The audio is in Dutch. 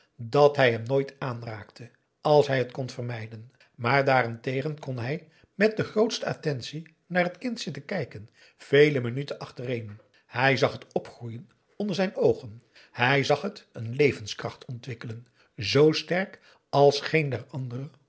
dat hij hem nooit aan aum boe akar eel raakte als hij het kon vermijden maar daarentegen kon hij met de grootste attentie naar t kind zitten kijken vele minuten achtereen hij zag het opgroeien onder zijn oogen hij zag het een levenskracht ontwikkelen z sterk als geen der andere